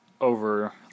over